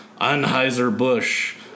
Anheuser-Busch